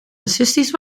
racistisch